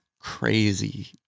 crazy